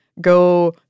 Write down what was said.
go